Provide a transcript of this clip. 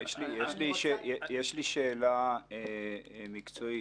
יש לי שאלה מקצועית,